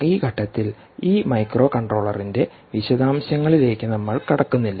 ഈ ഘട്ടത്തിൽ ഈ മൈക്രോകൺട്രോളറിന്റെ വിശദാംശങ്ങളിലേക്ക് നമ്മൾ കടക്കുന്നില്ല